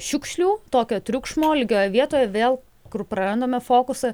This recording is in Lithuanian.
šiukšlių tokio triukšmo lygioje vietoje vėl kur prarandame fokusą